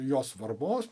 jo svarbos